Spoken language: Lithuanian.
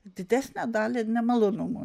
didesnę dalį nemalonumų